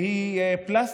שהיא פלסטר,